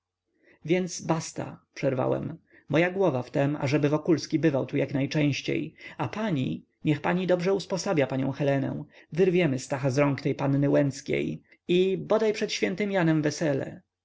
więc basta przerwałem moja głowa w tem ażeby wokulski bywał tu jaknajczęściej a pani niech dobrze usposabia panią helenę wyrwiemy stacha z rąk tej panny łęckiej i bodaj przed świętym janem wesele